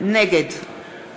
נגד